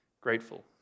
grateful